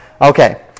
Okay